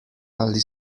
ali